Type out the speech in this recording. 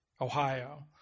Ohio